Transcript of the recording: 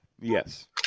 Yes